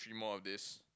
three more of this